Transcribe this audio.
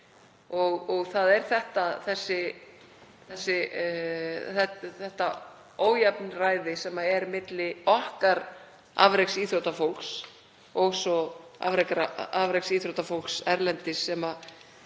Það er þetta ójafnræði sem er milli okkar afreksíþróttafólks og svo afreksíþróttafólks erlendis —